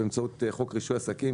באמצעות חוק רישוי עסקים,